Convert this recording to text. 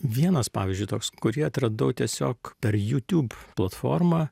vienas pavyzdžiui toks kurį atradau tiesiog per jutiūb platformą